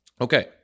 Okay